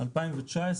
ב-2019